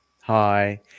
Hi